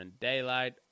daylight